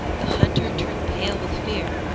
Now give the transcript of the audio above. the hunter turned pale with fear,